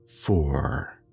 four